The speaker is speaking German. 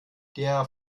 der